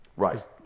Right